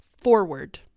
forward